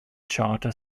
charter